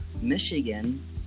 Michigan